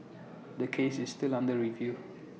the case is still under review